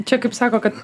čia kaip sako kad